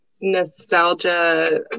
nostalgia